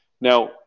Now